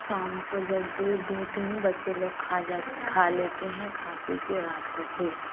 शाम को जब दूध दुहती हूँ बच्चे लोग खा खा लेते हैं खा पी के रात को फिर